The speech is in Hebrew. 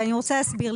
אני רוצה להסביר.